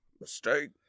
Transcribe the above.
Mistake